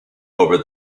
over